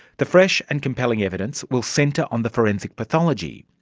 the fresh and compelling evidence will centre on the forensic pathology.